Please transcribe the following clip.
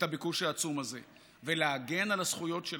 הביקוש העצום הזה ולהגן על הזכויות שלהם.